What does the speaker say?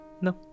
No